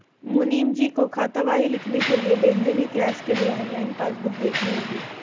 मुनीमजी को खातावाही लिखने के लिए लेन देन इतिहास के लिए ऑनलाइन पासबुक देखनी होगी